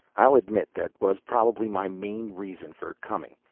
i'll admit that was probably my main reason for coming,